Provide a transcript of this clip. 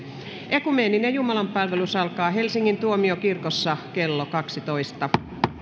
ekumeeninen jumalanpalvelus alkaa helsingin tuomiokirkossa kello kaksitoista